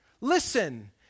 listen